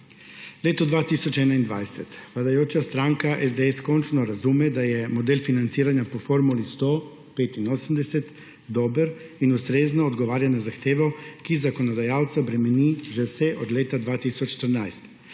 Leto 2021 vladajoča stranka SDS končno razume, da je model financiranja po formuli 100 : 85 dober in ustrezno odgovarja na zahtevo, ki zakonodajalca bremeni že vse od leta 2014.